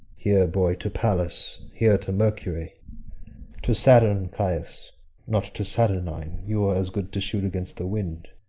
here, boy, to pallas here to mercury to saturn caius not to saturnine you were as good to shoot against the wind.